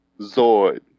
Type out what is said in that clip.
Zoid